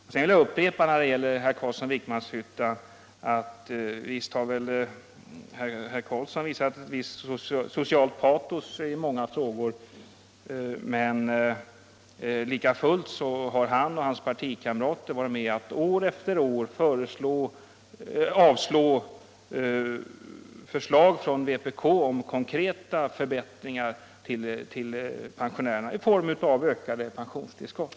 Sedan vill jag upprepa vad jag sagt tidigare till herr Carlsson i Vikmanshyttan: Visst har herr Carlsson visat ett socialt patos i många frågor, men lika fullt har han och hans partikamrater år efter år avslagit vpk:s förslag om konkreta förbättringar för pensionärerna, t.ex. i form av ökade pensionstillskott.